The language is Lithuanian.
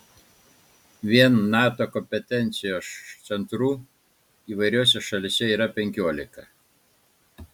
vien nato kompetencijos centrų įvairiose šalyse yra penkiolika